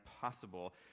possible